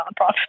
nonprofit